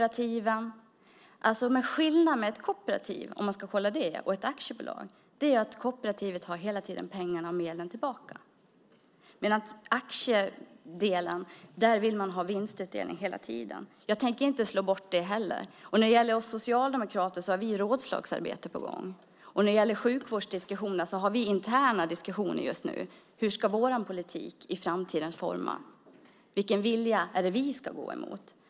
Skillnaden mellan ett kooperativ och ett aktiebolag är att kooperativet hela tiden har pengarna och medlen tillbaka medan man i aktiedelen vill ha vinstutdelning hela tiden. Jag tänker inte slå bort det heller. När det gäller oss socialdemokrater har vi rådslagsarbete på gång. När det gäller sjukvårdsdiskussionerna har vi just nu interna diskussioner om hur vår politik ska formas i framtiden och vilken vilja vi ska gå emot.